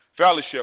fellowship